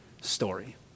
story